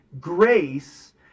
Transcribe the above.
grace